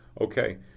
Okay